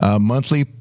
Monthly